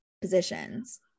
positions